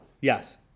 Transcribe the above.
Yes